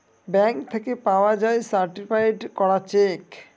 bank থেকে পাওয়া যায় সার্টিফায়েড করা চেক